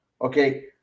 okay